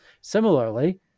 Similarly